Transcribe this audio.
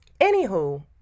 Anywho